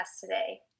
today